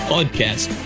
Podcast